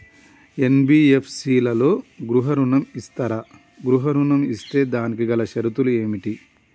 NBFC లలో గృహ ఋణం ఇస్తరా? గృహ ఋణం ఇస్తే దానికి గల షరతులు ఏమిటి?